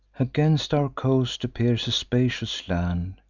against our coast appears a spacious land,